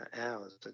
hours